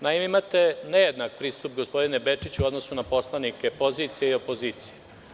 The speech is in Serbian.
Naime, imate nejednak pristup, gospodine Bečiću u odnosu na poslanike pozicije i opozicije.